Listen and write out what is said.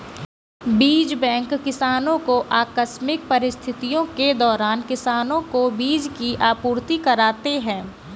बीज बैंक किसानो को आकस्मिक परिस्थितियों के दौरान किसानो को बीज की आपूर्ति कराते है